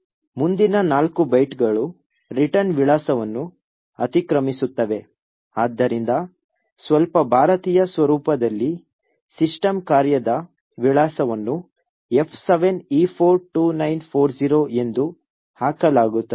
ಮುಂದಿನ ನಾಲ್ಕು ಬೈಟ್ಗಳು ರಿಟರ್ನ್ ವಿಳಾಸವನ್ನು ಅತಿಕ್ರಮಿಸುತ್ತವೆ ಆದ್ದರಿಂದ ಸ್ವಲ್ಪ ಭಾರತೀಯ ಸ್ವರೂಪದಲ್ಲಿ ಸಿಸ್ಟಮ್ ಕಾರ್ಯದ ವಿಳಾಸವನ್ನು F7E42940 ಎಂದು ಹಾಕಲಾಗುತ್ತದೆ